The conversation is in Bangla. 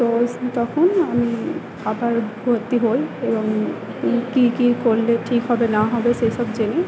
তো সো তখন আমি আবার ভর্তি হই এবং এই কী কী করলে ঠিক হবে না হবে সেই সব জেনে